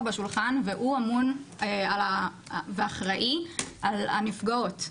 בשולחן והוא אמון ואחראי על הנפגעות.